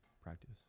practice